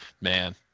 man